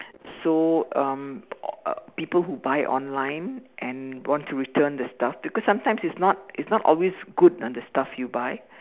so um uh people who buy online and want to return the stuff because sometimes it's not it's not always good ah the stuff you buy